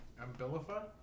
Ambilify